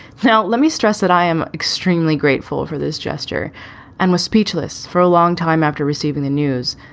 now let me stress that i am extremely grateful for this gesture and was speechless for a long time after receiving the news,